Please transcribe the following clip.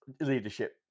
leadership